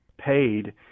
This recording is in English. paid